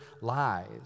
lies